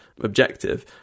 objective